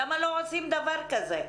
למה לא עושים דבר כזה?